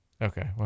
Okay